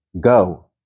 go